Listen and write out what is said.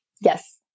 Yes